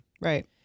Right